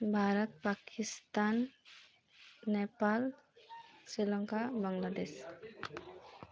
Bharat Pakistan Nepal Sri Lanka Bangladesh